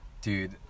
Dude